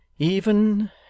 Even